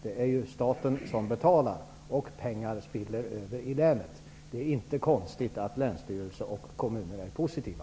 Det är ju staten som betalar, och pengar spiller över i länet. Det är inte konstigt att Länsstyrelsen och kommunerna är positiva.